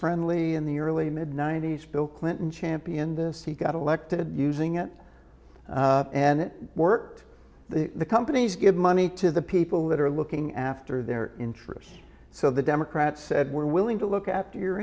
friendly in the early mid ninety's bill clinton championed this he got elected using it and it worked the companies give money to the people that are looking after their interests so the democrats said we're willing to look after your